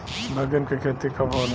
बैंगन के खेती कब होला?